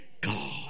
God